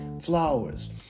Flowers